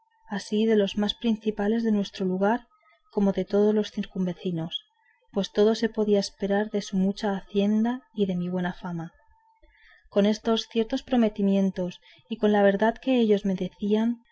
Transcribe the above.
así de los más principales de nuestro lugar como de todos los circunvecinos pues todo se podía esperar de su mucha hacienda y de mi buena fama con estos ciertos prometimientos y con la verdad que ellos me decían